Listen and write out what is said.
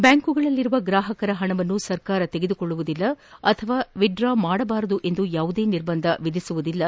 ಬ್ಲಾಂಕ್ಗಳಲ್ಲಿರುವ ಗ್ರಾಹಕರ ಪಣವನ್ನು ಸರ್ಕಾರ ತೆಗೆದುಕೊಳ್ಳುವುದಿಲ್ಲ ಅಥವಾ ವಿತ್ ಡ್ರಾ ಮಾಡಬಾರದೆಂದು ಯಾವುದೇ ನಿರ್ಬಂಧ ವಿಧಿಸುವುದಿಲ್ಲ